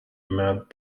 met